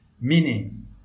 meaning